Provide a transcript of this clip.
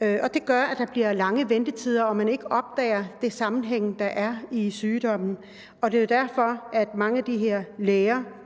Det gør, at der bliver lange ventetider, og at man ikke opdager den sammenhæng, der er i sygdommen. Og det er jo derfor, at mange af de her læger,